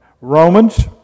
Romans